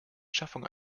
schaffung